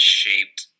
shaped